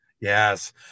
Yes